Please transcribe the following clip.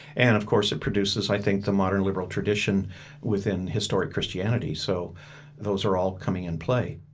and, of course, it produces, i think, the modern liberal tradition within historic christianity. so those are all coming in play